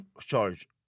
charge